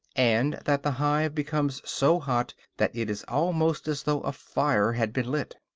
and that the hive becomes so hot that it is almost as though a fire had been lit.